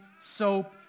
soap